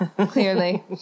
clearly